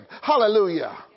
Hallelujah